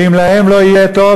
ואם להם לא יהיה טוב,